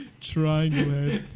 Triangle